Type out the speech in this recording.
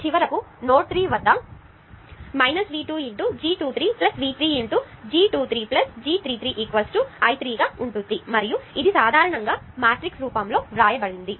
చివరకు నోడ్ 3 వద్ద V 2 × G 2 3 V 3 × G 2 3 G 3 3 I3 మరియు ఇది సాధారణంగా మ్యాట్రిక్స్ రూపంలో వ్రాయబడుతుంది